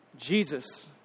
Jesus